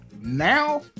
Now